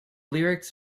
lyrics